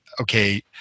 okay